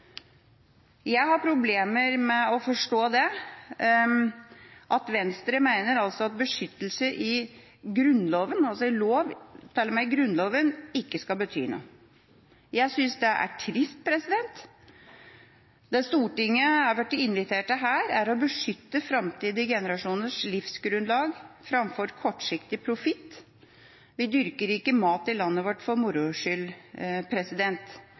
Jeg har problemer med å forstå at Venstre altså mener at beskyttelse i lov, til og med i Grunnloven, ikke skal bety noe. Jeg synes det er trist. Det Stortinget har blitt invitert til her, er å beskytte framtidige generasjoners livsgrunnlag framfor kortsiktig profitt. Vi dyrker ikke mat i landet vårt for